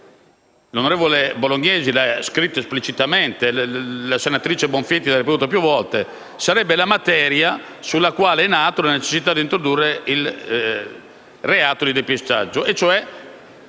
l'onorevole Bolognesi ha scritto esplicitamente e la senatrice Bonfietti ha ripetuto più volte, sarebbe la materia sulla quale è nata la necessità di introdurre il reato di depistaggio, e cioè